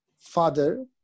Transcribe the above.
father